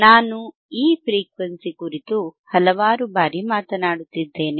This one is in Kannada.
ನಾನು ಈ ಫ್ರೀಕ್ವೆನ್ಸಿ ಕುರಿತು ಹಲವು ಬಾರಿ ಮಾತಾಡುತ್ತಿದ್ದೇನೆ